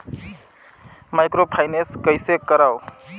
Microfinance कइसे करव?